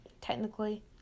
technically